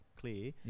clear